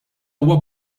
huwa